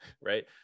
right